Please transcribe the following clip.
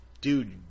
dude